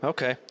Okay